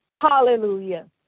Hallelujah